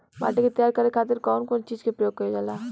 माटी के तैयार करे खातिर कउन कउन चीज के प्रयोग कइल जाला?